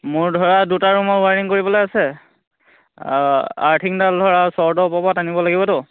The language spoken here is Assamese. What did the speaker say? মোৰ ধৰা দুটা ৰুমৰ ৱাৰিং কৰিবলে আছে আৰ্থিংডাল ধৰা পৰা টানিব লাগিবতো